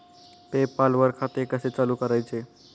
पे पाल वर खाते कसे चालु करायचे